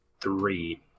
three